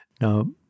Now